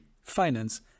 finance